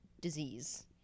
disease